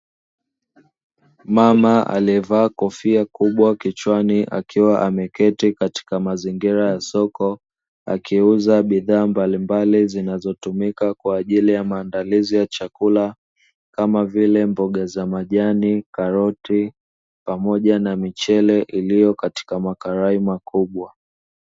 Mama aliyevaa kofia kubwa kichwani akiwa ameketi katika mazingira ya soko akiuza bidhaa mbalimbali zinazotumika kwa ajili ya maandalizi ya chakula kama vile mboga za majani, karoti pamoja na michele iliyo katika makarai makubwa.